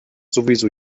sowieso